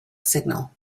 signal